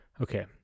Okay